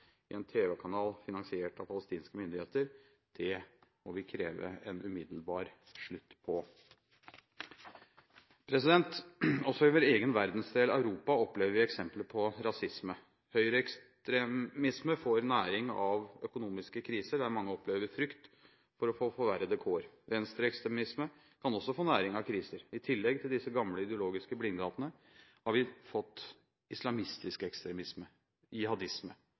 i en tv-kanal finansiert av palestinske myndigheter. Det må vi kreve en umiddelbar slutt på. Også i vår egen verdensdel, Europa, opplever vi eksempler på rasisme. Høyreekstremisme får næring av økonomiske kriser, der mange opplever frykt for å få forverrede kår. Venstreekstremisme kan også få næring av kriser. I tillegg til disse gamle ideologiske blindgatene har vi fått islamistisk ekstremisme – jihadisme.